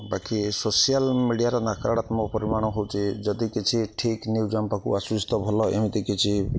ବାକି ସୋସିଆଲ ମିଡ଼ିଆର ନକାରାତ୍ମକ ପରିମାଣ ହେଉଛି ଯଦି କିଛି ଠିକ୍ ନ୍ୟୁଜ୍ ଆମ୍ ପାଖକୁ ଆସୁଛି ଭଲ ଏମିତି କିଛି